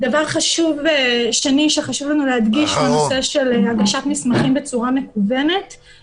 דבר חשוב שחשוב לנו להדגיש הוא הנושא של הגשת מסמכים בצורה מקוונת.